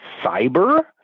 Cyber